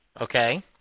okay